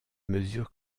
mesure